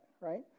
Right